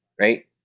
right